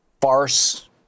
farce